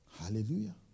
Hallelujah